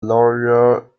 lawyer